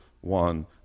one